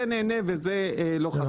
זה ייהנה וזה לא חסר.